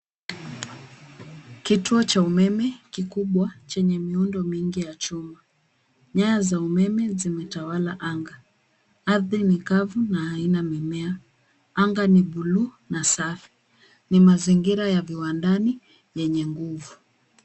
Kituo cha umeme kikubwa chenye miundo mingi ya chuma. Nyaya za umeme zimetawala anga. Ardhi ni kavu na haina mimea. Anga ni bluu na safi. Ni mazingira ya viwandani yenye nguvu.